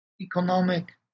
economic